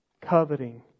coveting